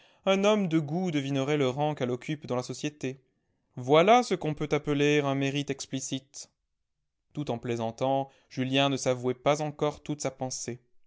un homme de goût devinerait le rang qu'elle occupe dans la société voilà ce qu'on peut appeler un mérite explicite tout en plaisantant julien ne s'avouait pas encore toute sa pensée